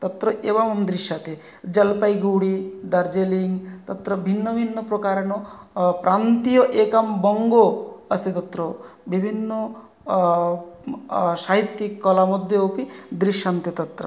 तत्र एवं दृष्यते जल्पैगुडी दार्जलिङ्ग् तत्र भिन्नभिन्नप्रकारेण प्रान्तीय एकं बङ्गो अस्ति तत्र विभिन्न साहित्यिककला मध्ये अपि दृष्यन्ते तत्र